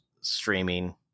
streaming